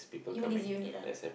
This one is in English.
immediately you need ah